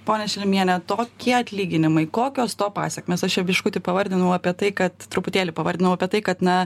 ponia šilmiene tokie atlyginimai kokios to pasekmės aš čia biškutį pavardinau apie tai kad truputėlį pavardinau apie tai kad na